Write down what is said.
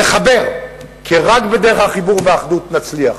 לחבר, כי רק בדרך החיבור והאחדות נצליח.